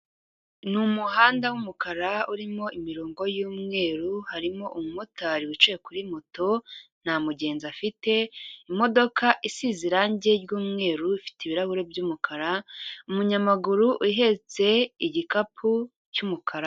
Ni umuhanda w'umukara urimo imirongo y'umweru, harimo umumotari wicaye kuri moto nta mugenzi afite, imodoka isize irangi ry'umweru ifite ibirahuri by'umukara, umunyamaguru uhetse igikapu cy'umukara.